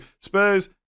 spurs